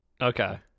Okay